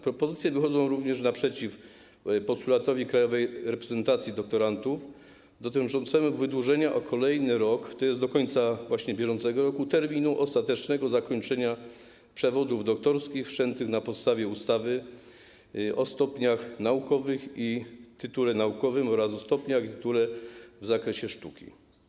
Propozycje wychodzą również naprzeciw postulatowi Krajowej Reprezentacji Doktorantów dotyczącemu wydłużenia o kolejny rok - tj. do końca br. - terminu ostatecznego zakończenia przewodów doktorskich wszczętych na podstawie ustawy o stopniach naukowych i tytule naukowym oraz o stopniach i tytule w zakresie sztuki.